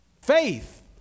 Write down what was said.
Faith